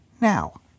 now